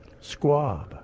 squab